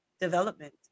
development